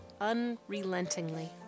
unrelentingly